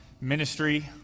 Ministry